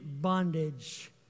bondage